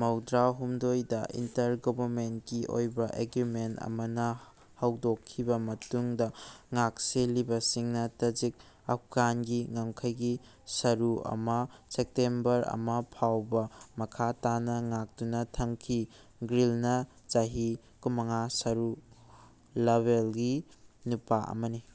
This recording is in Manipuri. ꯃꯧꯗ꯭ꯔꯥꯍꯨꯝꯗꯣꯏꯗ ꯏꯟꯇꯔꯒꯣꯚꯔꯃꯦꯟꯠꯒꯤ ꯑꯣꯏꯕ ꯑꯦꯒꯤꯃꯦꯟ ꯑꯃꯅ ꯍꯧꯗꯣꯛꯈꯤꯕ ꯃꯇꯨꯡꯗ ꯉꯥꯛꯁꯦꯜꯂꯤꯕꯁꯤꯡꯅ ꯇꯖꯤꯛ ꯑꯞꯒꯥꯟꯒꯤ ꯉꯝꯈꯩꯒꯤ ꯁꯔꯨ ꯑꯃ ꯁꯦꯛꯇꯦꯝꯕꯔ ꯑꯃ ꯐꯥꯎꯕ ꯃꯈꯥ ꯇꯥꯅ ꯉꯥꯛꯇꯨꯅ ꯊꯝꯈꯤ ꯒ꯭ꯔꯤꯜꯅ ꯆꯍꯤ ꯀꯨꯝꯃꯉꯥ ꯁꯔꯨ ꯂꯚꯦꯜꯒꯤ ꯅꯨꯄꯥ ꯑꯃꯅꯤ